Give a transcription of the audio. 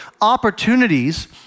opportunities